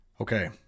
Okay